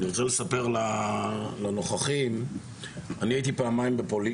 אני רוצה לספר לנוכחים, אני הייתי פעמיים בפולין.